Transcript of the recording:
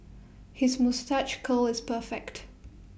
his moustache curl is perfect